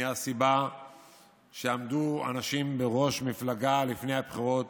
מהסיבה שעמדו אנשים בראש מפלגה לפני הבחירות